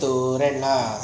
so rent lah